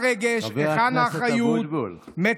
בדבר החלטתה לאשר מינויים של סגני שרים.